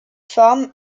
farm